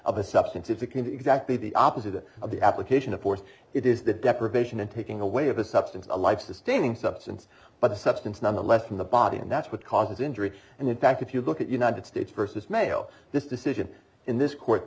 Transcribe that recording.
to exactly the opposite of the application of force it is the deprivation and taking away of a substance a life sustaining substance but a substance nonetheless from the body and that's what causes injury and in fact if you look at united states versus mayo this decision in this court